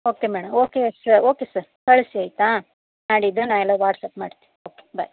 okay madam okay ಸ okay sir ಕಳಿಸಿ ಆಯ್ತಾ ನಾಡಿದ್ದು ನಾ ಎಲ್ಲ ವಾಟ್ಸ್ಅಪ್ ಮಾಡ್ತಿನಿ ಓಕೆ ಬಾಯ್